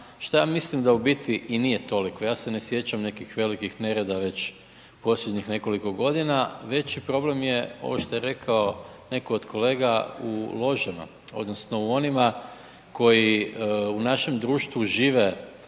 što ja mislim da u biti i nije toliko. Ja se ne sjećam nekih velikih nereda već posljednjih nekoliko godina. Veći problem je ovo što je rekao netko od kolega u ložama odnosno u onima koji u našem društvu žive